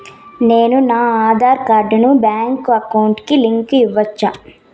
నేను నా ఆధార్ కార్డును బ్యాంకు అకౌంట్ కి లింకు ఇవ్వొచ్చా?